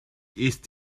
ist